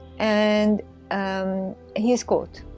and um he is caught.